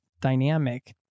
dynamic